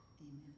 amen